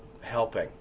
helping